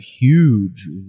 huge